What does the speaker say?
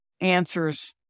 answers